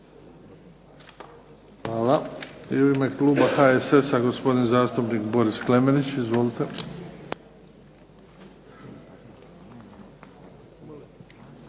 Hvala. I u ime kluba HSS-a gospodin zastupnik Boris Klemenić. Izvolite.